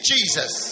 Jesus